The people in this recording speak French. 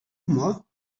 moi